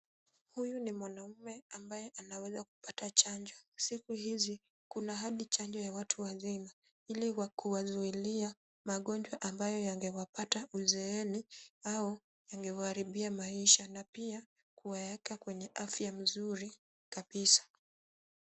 Huyu ni mwanamume ambaye anaweza kupatachanjo. Siku hizi kuna hadi chanjo ya watu wazima ili kuzuia magonjwa ambayo yangewapata uzeeni au yangewaharibia maisha na pia kuwaeka kwenye afya nzuri kabisa.